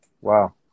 Wow